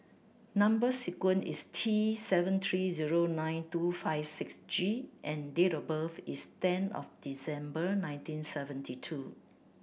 number sequence is T seven three zero nine two five six G and date of birth is ten of December nineteen seventy two